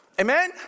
Amen